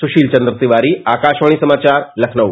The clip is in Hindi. सुशील चन्द्र तिवारीआकाशवाणीसमाचार लखनऊ